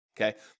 okay